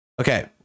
Okay